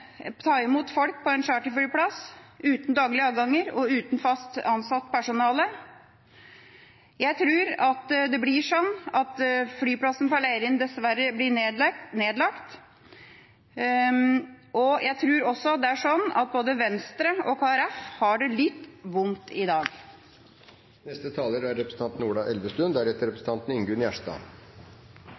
charterflyplass uten daglige avganger og uten fast ansatt personale. Jeg tror dessverre det blir sånn at flyplassen på Leirin blir nedlagt, og jeg tror også det er sånn at både Venstre og Kristelig Folkeparti har det litt vondt i dag. Jeg kan være helt tydelig på at Venstre ikke har det vondt i dag, for dette er